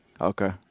Okay